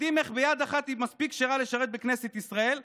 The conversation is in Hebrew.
מדהים איך ביד אחת היא מספיק כשרה לשרת בכנסת ישראל,